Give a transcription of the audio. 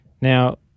Now